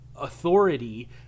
authority